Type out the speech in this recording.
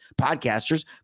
podcasters